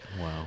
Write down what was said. Wow